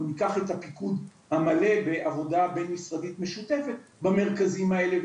ניקח את הפיקוד המלא בעבודה בין משרדית משותפת במרכזים האלה.